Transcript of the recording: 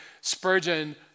Spurgeon